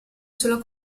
sulla